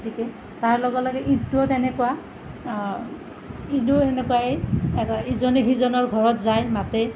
গতিকে তাৰ লগে লগে ঈদটোও তেনেকুৱা ঈদো সেনেকুৱাই আৰু ইজনে সিজনৰ ঘৰত যায় মাতে